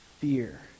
fear